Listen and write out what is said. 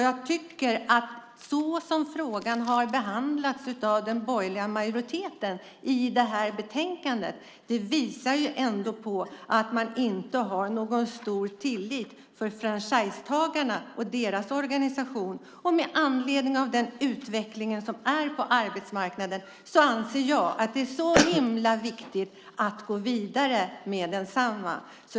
Jag tycker att som frågan har behandlats av den borgerliga majoriteten i det här betänkandet visar på att man inte har någon stor tillit till franchisetagarna och deras organisation. Med anledning av den utveckling som är på arbetsmarknaden anser jag att det är himla viktigt att gå vidare med densamma.